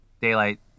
Daylight